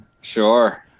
sure